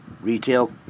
retail